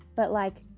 but like,